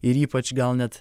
ir ypač gal net